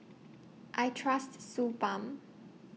I Trust Suu Balm